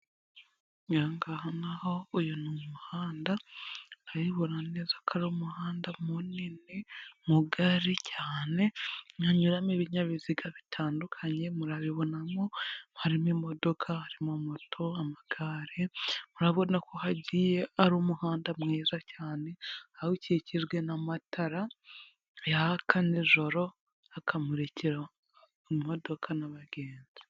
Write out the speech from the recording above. Aha ngaha naho, uyu ni umuhanda urabibona neza ko ari umuhanda munini, mugari cyane, hanyuramo ibinyabiziga bitandukanye, murabibona ko harimo imodoka, harimo moto, amagare, murabibona ko hagiye ari umuhanda mwiza cyane, aho ukikijwe n'amatara yaka nijoro akamurikira imodoka n'abagenzi.